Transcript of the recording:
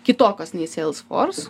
kitokios nei siels fors